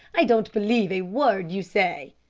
i don't believe a word you say.